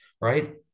Right